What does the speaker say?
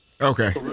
Okay